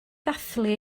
ddathlu